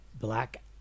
black